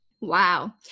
Wow